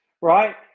right